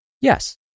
Yes